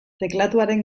teklatuaren